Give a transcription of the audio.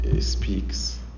speaks